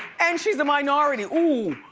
and she's a minority. oh,